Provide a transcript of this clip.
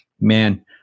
Man